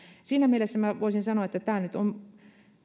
siinä mielessä minä voisin sanoa että tämä nyt on